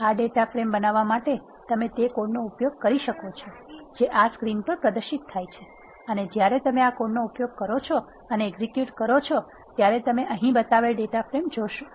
આ data frame બનાવવા માટે તમે તે કોડનો ઉપયોગ કરી શકો છો જે આ સ્ક્રીન પર પ્રદર્શિત થાય છે અને જ્યારે તમે આ કોડનો ઉપયોગ કરો છો અને એક્ઝેક્યુટ કરો છો ત્યારે તમે અહીં બતાવેલ ડેટા ફ્રેમ જોશો